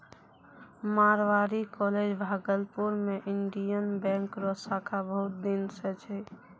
Marwari college Bhagalpur मे Indian bank रो शाखा बहुत दिन से छै